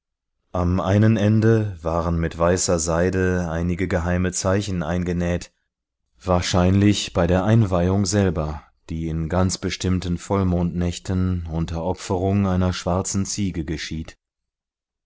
am einen ende waren mit weißer seide einige geheime zeichen eingenäht wahrscheinlich bei der einweihung selber die in ganz bestimmten vollmondnächten unter opferung einer schwarzen ziege geschieht